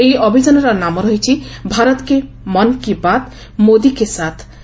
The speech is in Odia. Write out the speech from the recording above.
ଏହି ଅଭିଯାନର ନାମ ରହିଛି ଭାରତ କେ ମନ୍ କୀ ବାତ୍ ମୋଦି କେ ସାଥ୍